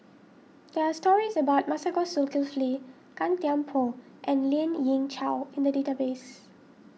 there are stories about Masagos Zulkifli Gan Thiam Poh and Lien Ying Chow in the database